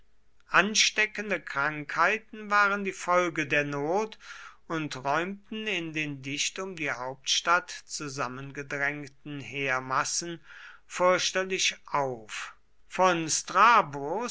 ansteckende krankheiten waren die folge der not und räumten in den dicht um die hauptstadt zusammengedrängten heermassen fürchterlich auf von strabos